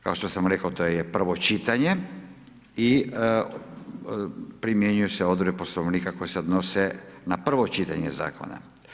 Kao što sam rekao, to je prvo čitanje i primjenjuju se odredbe Poslovnika koje se odnose na prvo čitanje Zakona.